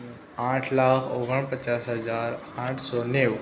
આઠ લાખ ઓગણપચાસ હજાર આઠસો નેવું